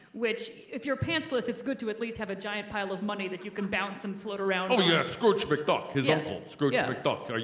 which if you're pantsless, it's good to at least have a giant pile of money that you can bounce and float around on. oh yes, scrooge mcduck his uncle scrooge yeah mcduck.